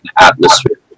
atmosphere